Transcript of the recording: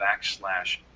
backslash